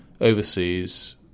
overseas